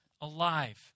alive